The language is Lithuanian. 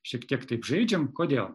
šiek tiek taip žaidžiam kodėl